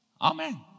Amen